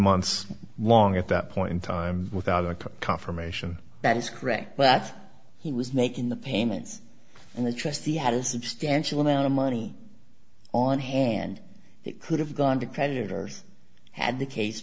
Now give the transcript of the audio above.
months long at that point in time without a confirmation that is correct but he was making the payments and the trustee had a substantial amount of money on hand that could have gone to creditors had the case